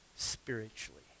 Spiritually